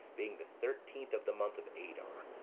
being the thirteenth of the month of adar.